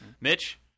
Mitch